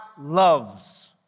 loves